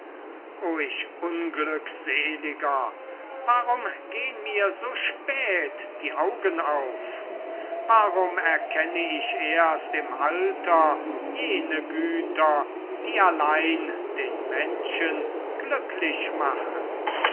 o ich unglückseliger warum gehn mir so spät die augen auf warum erkenne ich erst im alter jene güter die allein den menschen glücklich machen